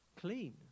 clean